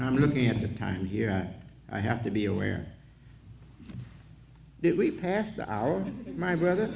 i'm looking at the time here i have to be aware that we past the hour my brother